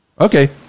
Okay